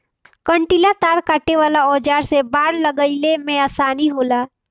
कंटीला तार काटे वाला औज़ार से बाड़ लगईले में आसानी होला